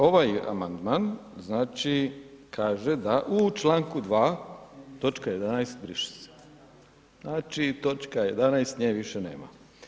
Ovaj amandman znači kaže da u članku 2., točka 11., briše se, znači točka 11. nje više nema.